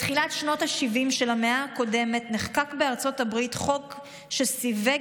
בתחילת שנות השבעים של המאה הקודמת נחקק בארצות הברית חוק שסיווג